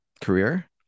career